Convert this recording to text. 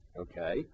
okay